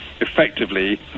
effectively